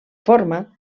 forma